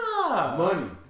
Money